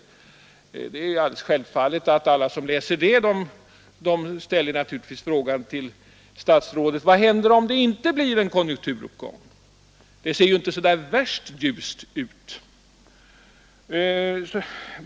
Det är alldeles självfallet att alla som läser detta i protokollet ställer frågan till statsrådet: Vad händer om det inte blir en konjunkturuppgång? Det ser ju inte så där värst ljust ut.